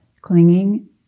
clinging